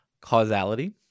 Causality